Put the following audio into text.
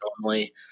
normally